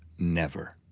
never.